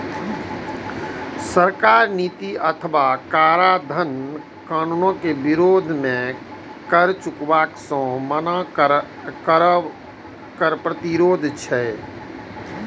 सरकारक नीति अथवा कराधान कानूनक विरोध मे कर चुकाबै सं मना करब कर प्रतिरोध छियै